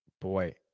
Boy